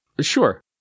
sure